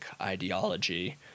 ideology